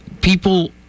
people